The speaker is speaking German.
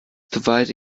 soweit